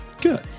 Good